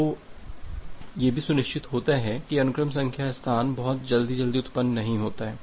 तो यह भी सुनिश्चित होता है कि अनुक्रम संख्या स्थान बहुत जल्दी जल्दी उत्तपन नहीं होता है